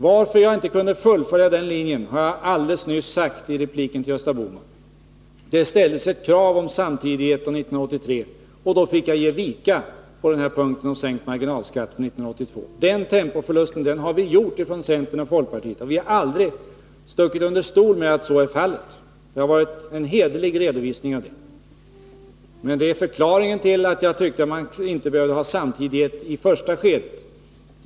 Varför jag inte kunde fullfölja den linjen har jag alldeles nyss förklarat i en replik till Gösta Bohman. Det ställdes ett krav på samtidighet när det gällde 1983, och jag fick ge vika i fråga om sänkt marginalskatt för 1982. Den tempoförlusten har vi gjort från centern och folkpartiet, och vi har aldrig stuckit under stol med att så är fallet. Det har varit en hederlig redovisning av det. Detta är förklaringen till att jag tycker att man inte behövde ha samtidighet i första skedet.